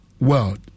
world